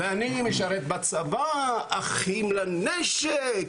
אני משרת בצבא, אחים לנשק,